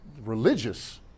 religious